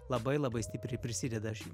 labai labai stipriai prisideda aš